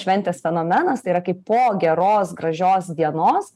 šventės fenomenas tai yra kaip po geros gražios dienos